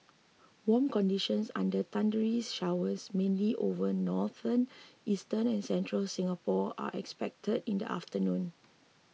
warm conditions under thundery showers mainly over northern eastern and central Singapore are expected in the afternoon